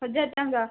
ହଜାରେ ଟଙ୍କା